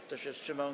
Kto się wstrzymał?